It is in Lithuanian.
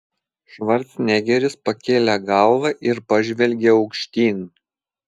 švarcnegeris pakėlė galvą ir pažvelgė aukštyn